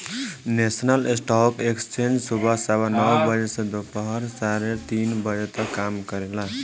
national stock exchange सुबह सवा नौ बजे से दोपहर साढ़े तीन बजे तक काम करेला